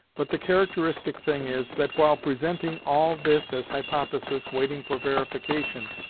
but the characteristic thing is, that while presenting all this as hypothesis waiting for verification,